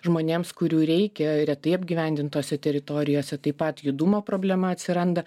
žmonėms kurių reikia retai apgyvendintose teritorijose taip pat judumo problema atsiranda